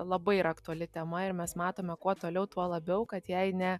labai yra aktuali tema ir mes matome kuo toliau tuo labiau kad jei ne